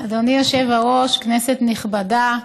אדוני היושב-ראש, כנסת נכבדה,